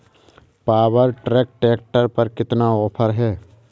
Power track tractor पर कितना offer है?